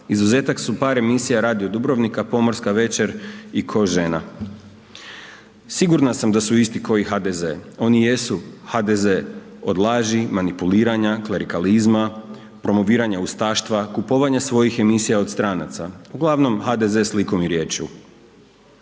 izuzetak su par emisija Radio Dubrovnika, Pomorska večer i Ko žena. Sigurna sam da su isti ko i HDZ, oni jesu HDZ, od laži manipuliranja, klerikalizma, promoviranja ustaštva, kupovanja svojih emisija od stranaca, uglavnom HDZ slikom i riječju.